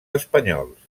espanyols